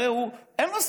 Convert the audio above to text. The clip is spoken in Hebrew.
הרי אין לו standing,